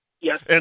Yes